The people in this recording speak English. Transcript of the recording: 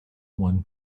one